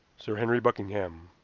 sir henry buckingham.